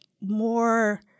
more